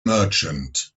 merchant